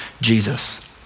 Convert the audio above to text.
Jesus